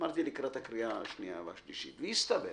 לקראת הקריאה השנייה והשלישית ויסתבר